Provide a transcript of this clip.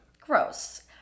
Gross